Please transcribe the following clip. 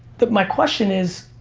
but my question is,